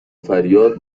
فریاد